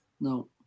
No